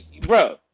bro